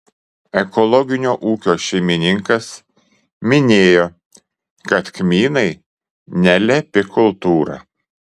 ekologinio ūkio šeimininkas minėjo kad kmynai nelepi kultūra